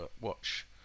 watch